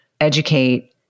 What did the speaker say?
educate